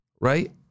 Right